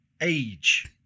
age